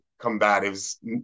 combatives